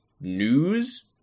news